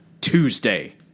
Tuesday